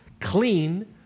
clean